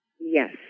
Yes